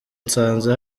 nsanze